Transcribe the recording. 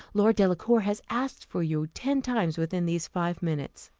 lord delacour has asked for you ten times within these five minutes.